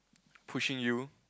pushing you